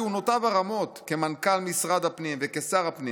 כהונותיו הרמות כמנכ"ל משרד הפנים וכשר הפנים.